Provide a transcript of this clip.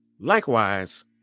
likewise